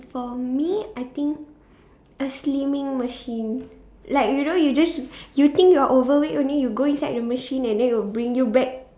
for me I think a slimming machine like you know you just you think you are overweight only you go inside the machine and then it will bring you back